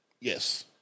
Yes